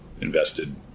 invested